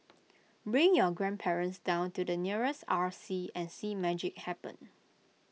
bring your grandparents down to the nearest R C and see magic happen